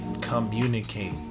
Communicate